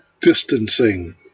distancing